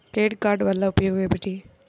Credit card వల్ల ఉపయోగం ఏమిటీ?